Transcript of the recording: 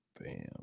Bam